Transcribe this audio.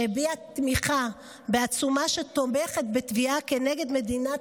שהביע תמיכה בעצומה שתומכת בתביעה כנגד מדינת